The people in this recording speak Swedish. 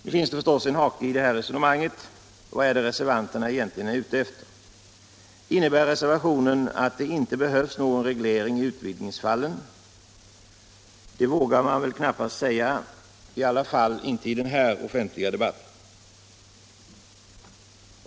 Nu finns det förstås en hake i det här resonemanget. Vad är det reservanterna egentligen är ute efter? Innebär reservationen att det inte behövs någon reglering i utvidgningsfallen? Det vågar man väl knappast säga — i alla fall inte i den här offentliga debatten.